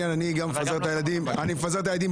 אני מפזר את הילדים בבוקר,